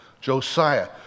Josiah